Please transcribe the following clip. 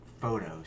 photos